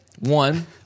One